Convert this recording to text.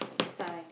sigh